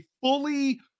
fully